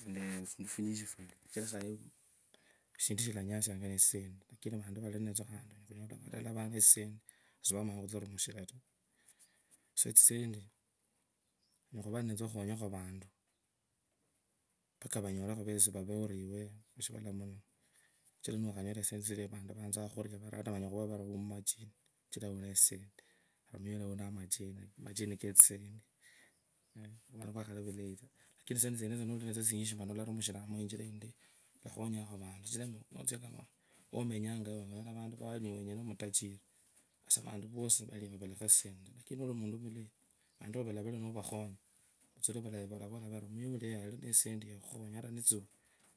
nendee fundu funyinji fwene shindu shilanyasianga netsisendi khandi vantu vali ninatsiao khandi onyala khunyola sivamanja khurumushira taa sa tsisendi onyala khuva ninatso okhobyokho vantu mpaka vanyorokho vosi vave uri yiwe mushirala muno kachira majini katssisendi nutsia wamenyanga yao vantu vao niwe wenyeno mutajiri lakini nomanyara novakhonya mutsura valavola vari muyasha yali netsisendi ota nitsiwaa.